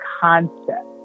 concept